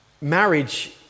Marriage